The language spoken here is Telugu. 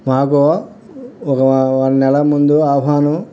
మాకు ఒక నెల ముందు ఆహ్వానం